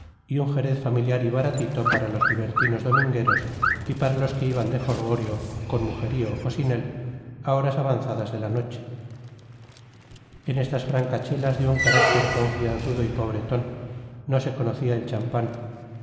y un jerez familiar y baratito para los libertinos domingueros y para los que iban de jolgorio con mujerío o sin él a horas avanzadas de la noche en estas francachelas de un carácter confianzudo y pobretón no se conocía el champagne